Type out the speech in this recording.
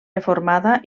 reformada